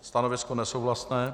Stanovisko nesouhlasné.